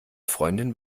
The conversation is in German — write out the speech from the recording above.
freundin